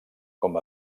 com